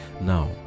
now